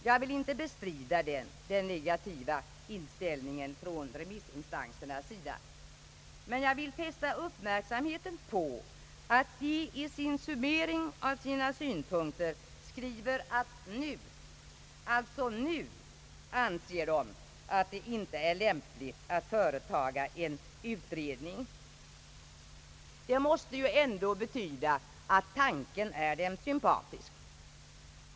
Jag vill inte bestrida den negativa inställningen hos remissinstanserna, men jag vill fästa uppmärksamheten på att de i sin summering av sina synpunkter skriver att nu, alltså nu, anser de att det inte är limpligt att företa en utredning. Det nåste ändå betyda att tanken är dem sympatisk.